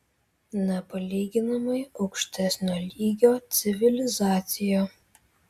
nepalyginamai aukštesnio lygio civilizacija